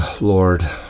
Lord